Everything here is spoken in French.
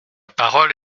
parole